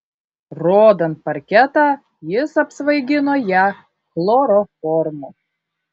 rodant parketą jis apsvaigino ją chloroformu